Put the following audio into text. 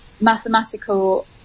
mathematical